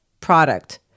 product